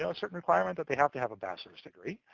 know, certain requirement that they have to have a bachelor's degree.